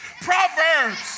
Proverbs